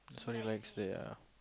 Tony likes it ya